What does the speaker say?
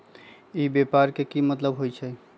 ई व्यापार के की मतलब होई छई?